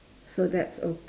so that's o~